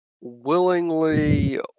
willingly